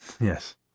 Yes